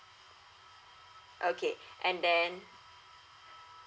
okay and then